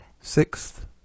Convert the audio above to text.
Sixth